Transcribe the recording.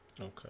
okay